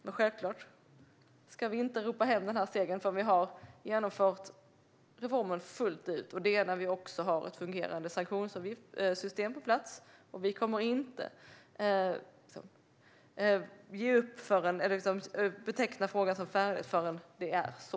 Men självklart ska vi inte ropa hem den här segern förrän vi har genomfört reformen fullt ut, och det är när vi också har ett fungerande sanktionssystem på plats. Vi kommer inte att beteckna frågan som färdig förrän det är så.